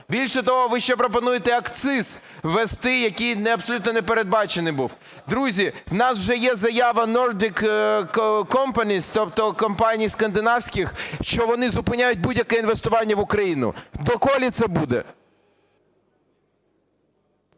Більше того, ви ще пропонуєте акциз ввести, який абсолютно не передбачений був. Друзі, у нас вже є заява Nordic companies, тобто компаній скандинавських, що вони зупиняють будь-яке інвестування в Україну. Доколи це буде?